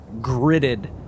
gritted